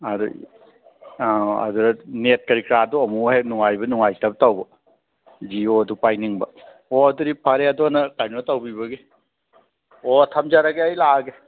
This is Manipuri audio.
ꯑꯗꯨ ꯑꯥ ꯑꯗꯨꯗ ꯅꯦꯠ ꯀꯔꯤ ꯀꯔꯥꯗꯣ ꯑꯃꯨꯛ ꯍꯦꯛ ꯅꯨꯡꯉꯥꯏꯕ ꯅꯨꯡꯉꯥꯏꯇꯕ ꯇꯧꯕ ꯖꯤꯑꯣꯗꯨ ꯄꯥꯏꯅꯤꯡꯕ ꯑꯣ ꯑꯗꯨꯗꯤ ꯐꯔꯦ ꯑꯗꯣ ꯅꯪ ꯀꯩꯅꯣ ꯇꯧꯕꯤꯕꯒꯤ ꯑꯣ ꯊꯝꯖꯔꯒꯦ ꯑꯩ ꯂꯥꯛꯑꯒꯦ